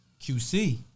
QC